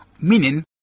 meaning